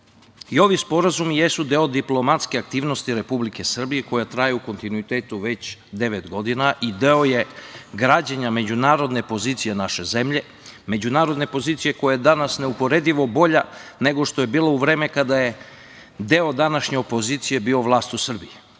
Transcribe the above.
sporazumi jesu deo diplomatske aktivnosti Republike Srbije, koja traje u kontinuitetu već devet godina i deo je građenja međunarodne pozicije naše zemlje. Međunarodne pozicije koja je danas neuporedivo bolja nego što je bila u vreme kada je deo današnje opozicije bio vlast u Srbiji.Zašto